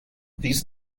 these